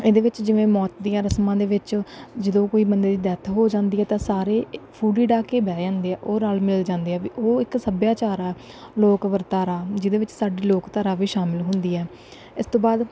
ਇਹਦੇ ਵਿੱਚ ਜਿਵੇਂ ਮੌਤ ਦੀਆਂ ਰਸਮਾਂ ਦੇ ਵਿੱਚ ਜਦੋਂ ਕੋਈ ਬੰਦੇ ਦੀ ਡੈਥ ਹੋ ਜਾਂਦੀ ਹੈ ਤਾਂ ਸਾਰੇ ਡਾਹ ਕੇ ਬਹਿ ਜਾਂਦੇ ਆ ਉਹ ਰਲ ਮਿਲ ਜਾਂਦੇ ਆ ਵੀ ਉਹ ਇੱਕ ਸੱਭਿਆਚਾਰ ਆ ਲੋਕ ਵਰਤਾਰਾ ਜਿਹਦੇ ਵਿੱਚ ਸਾਡੀ ਲੋਕ ਧਾਰਾ ਵੀ ਸ਼ਾਮਿਲ ਹੁੰਦੀ ਹੈ ਇਸ ਤੋਂ ਬਾਅਦ